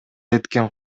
эткен